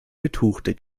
betuchte